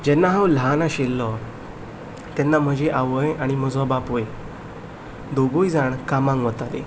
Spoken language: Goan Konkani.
जेन्ना हांव ल्हान आशिल्लो तेन्ना म्हजी आवय आनी म्हजो बापूय दोगूय जाण कामांक वतालीं